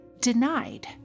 denied